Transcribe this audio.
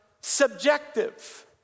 subjective